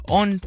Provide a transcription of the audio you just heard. on